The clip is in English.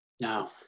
Now